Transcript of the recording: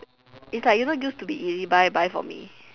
it's like you know used to be Ezbuy buy for me